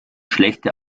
schlechte